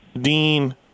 Dean